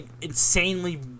insanely